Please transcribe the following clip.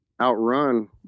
outrun